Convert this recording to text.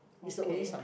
okay